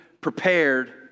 prepared